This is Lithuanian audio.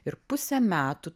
ir pusę metų